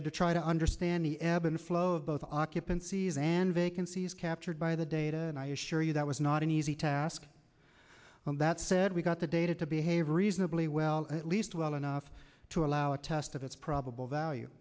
had to try to understand the ebb and flow of both occupancies and vacancies captured by the data and i assure you that was not an easy task that said we got the data to behave reasonably well at least well enough to allow a test of its probable value